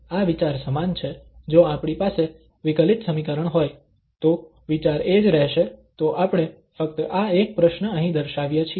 આ વિચાર સમાન છે જો આપણી પાસે વિકલિત સમીકરણ હોય તો વિચાર એ જ રહેશે તો આપણે ફક્ત આ એક પ્રશ્ન અહીં દર્શાવીએ છીએ